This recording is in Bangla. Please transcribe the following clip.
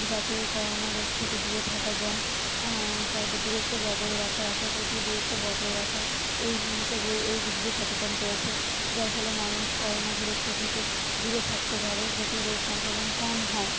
যাতে করোনা রোগ থেকে দূরে থাকা যায় তারপর দূরত্ব বজায় রাখার একে অপরের থেকে দূরত্ব বজায় রাখা এই হিসাবে এই দিক দিয়ে সচেতন করেছে যার ফলে মানুষ করোনা যে রোগটা থেকে দূরে থাকতে পারে যাতে রোগ সংক্রমণ কম হয়